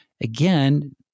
again